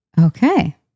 Okay